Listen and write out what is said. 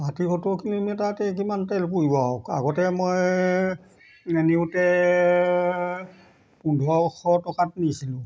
ষাঠি সত্তৰ কিলোমিটাৰতে কিমান তেল পুৰিব আৰু আগতে মই নিওঁতে পোন্ধৰশ টকাত নিছিলোঁ